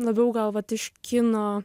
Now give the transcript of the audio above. labiau gal vat iš kino